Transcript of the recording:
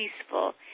peaceful